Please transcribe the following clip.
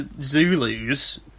Zulus